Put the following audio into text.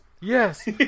Yes